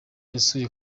yasuye